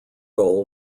goal